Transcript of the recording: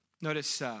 Notice